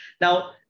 Now